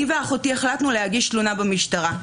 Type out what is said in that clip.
אני ואחותי החלטנו להגיש תלונה במשטרה.